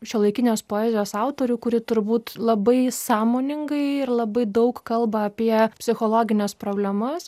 šiuolaikinės poezijos autorių kuri turbūt labai sąmoningai ir labai daug kalba apie psichologines problemas